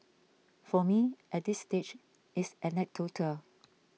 for me at this stage it's anecdotal